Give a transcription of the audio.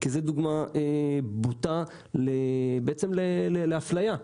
כי זאת דוגמה בוטה בעצם לאפליה.